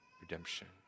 redemption